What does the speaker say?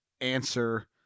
Answer